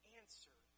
answer